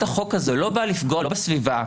החוק הזו לא באה לפגוע לא בסביבה,